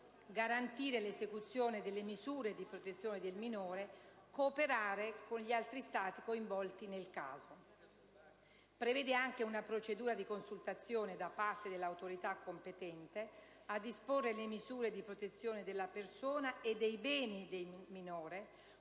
garantire l'esecuzione delle misure di protezione del minore, cooperare con altri Stati coinvolti nel caso; prevede una procedura di consultazione da parte dell'autorità competente a disporre le «misure di protezione della persona e dei beni del minore»